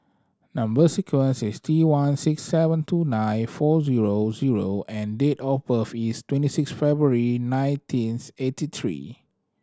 number sequence is T one six seven two nine four zero zero and date of birth is twenty six February nineteenth eighty three